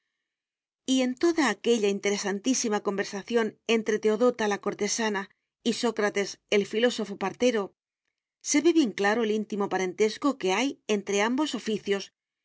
y en toda aquella interesantísima conversación entre teodota la cortesana y sócrates el filósofo partero se ve bien claro el íntimo parentesco que hay entre ambos oficios